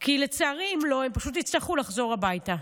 כי לצערי, אם לא, הם פשוט יצטרכו לחזור הביתה.